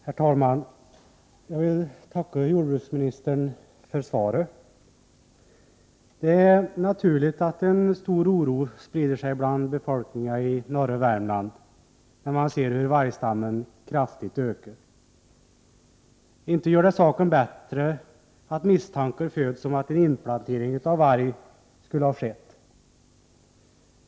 Herr talman! Jag vill tacka jordbruksministern för svaret på min fråga. Det är naturligt att en stor oro sprider sig bland befolkningen i norra Värmland när den ser hur vargstammen kraftigt ökar. Inte gör det saken bättre att misstankar föds om att en inplantering av varg skulle ha skett.